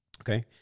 okay